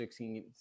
16